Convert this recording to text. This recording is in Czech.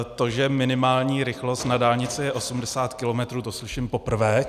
To, že minimální rychlost na dálnici je 80 kilometrů, to slyším poprvé.